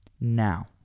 Now